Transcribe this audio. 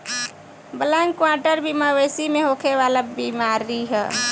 black quarter भी मवेशी में होखे वाला बीमारी ह